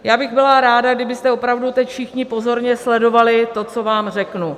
Já bych byla ráda, kdybyste opravdu teď všichni pozorně sledovali to, co vám řeknu.